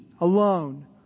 alone